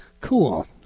Cool